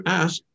ask